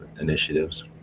initiatives